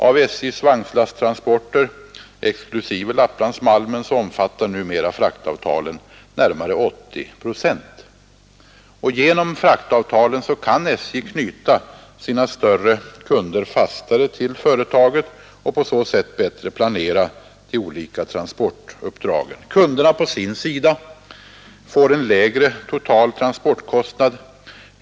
Av SJ:s vagnslasttransporter, exklusive Lapplandsmalmen, omfattas numera närmare 80 procent av fraktavtalen. Genom fraktavtalen kan SJ knyta sina större kunder fastare till sig och på så sätt bättre planera de olika transportuppdragen. Kunderna å sin sida får en lägre total transportkostnad.